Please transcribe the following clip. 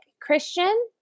Christian